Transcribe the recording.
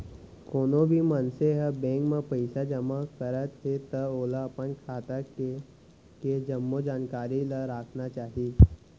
कोनो भी मनसे ह बेंक म पइसा जमा करत हे त ओला अपन खाता के के जम्मो जानकारी ल राखना चाही